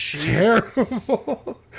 terrible